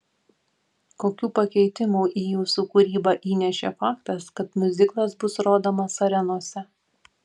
kokių pakeitimų į jūsų kūrybą įnešė faktas kad miuziklas bus rodomas arenose